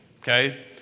Okay